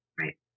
Right